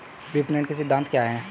विपणन के सिद्धांत क्या हैं?